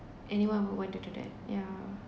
anyone would want to do that yeah